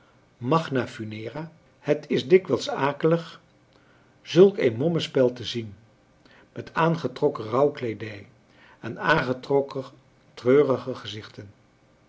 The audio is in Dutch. magna funera het is dikwijls akelig zulk een mommespel te zien met aangetrokken rouwkleedij en aangetrokken treurige gezichten